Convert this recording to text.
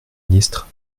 ministre